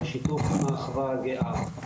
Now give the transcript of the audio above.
בשיתוף עם האחווה הגאה.